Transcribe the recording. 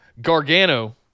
Gargano